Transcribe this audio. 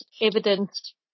evidence